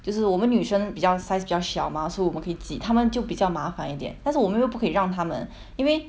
就是我们女生比较 size 比较小 mah so 我们可以挤他们就比较麻烦一点但是我们又不可以让他们因为